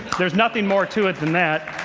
there's nothing more to it than that.